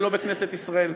ולא בכנסת ישראל.